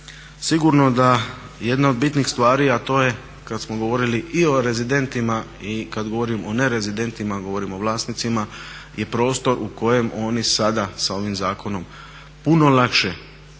Sigurno da jedna od bitnih stvari, a to je kad smo govorili i o rezidentima i kad govorimo o nerezidentima, govorimo o vlasnicima, je prostor u kojem oni sada sa ovim zakonom puno lakše kao